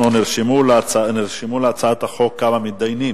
נרשמו להצעת החוק כמה מתדיינים.